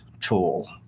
tool